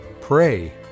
pray